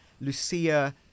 Lucia